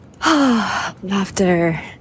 Laughter